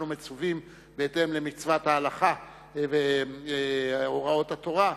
מצווים בהתאם למצוות ההלכה והוראות התורה,